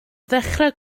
ddechrau